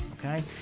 okay